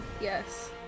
Yes